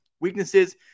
Weaknesses